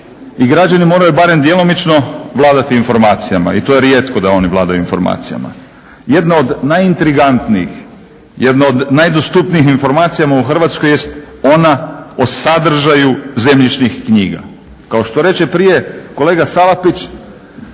građani moraju barem djelomično vladati informacijama. I to je rijetko da oni vladaju informacijama. Jedna od najintrigantnijih, jedna od najdostupnijih informacija u Hrvatskoj jest ona o sadržaju zemljišnih knjiga. Kao što reče prije kolega Salapić